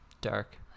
dark